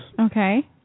Okay